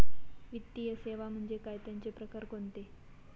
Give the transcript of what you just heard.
वित्तीय सेवा म्हणजे काय? त्यांचे प्रकार कोणते?